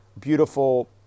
beautiful